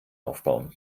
aufbauen